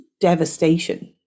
devastation